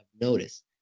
noticed